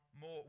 more